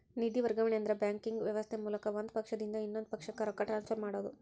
ನಿಧಿ ವರ್ಗಾವಣೆ ಅಂದ್ರ ಬ್ಯಾಂಕಿಂಗ್ ವ್ಯವಸ್ಥೆ ಮೂಲಕ ಒಂದ್ ಪಕ್ಷದಿಂದ ಇನ್ನೊಂದ್ ಪಕ್ಷಕ್ಕ ರೊಕ್ಕ ಟ್ರಾನ್ಸ್ಫರ್ ಮಾಡೋದ್